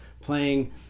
playing